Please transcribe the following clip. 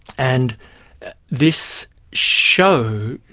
and this shows